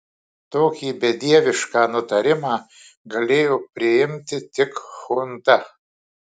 tokį bedievišką nutarimą galėjo priimti tik chunta